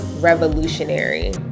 revolutionary